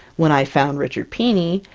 when i found richard pini,